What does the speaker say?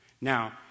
Now